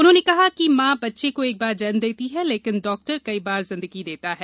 उन्होंने कहा कि मॉ बच्चे को एकबार जन्म देती है लेकिन डॉक्टर कई बार जिंदगी देता है